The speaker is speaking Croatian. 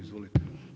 Izvolite.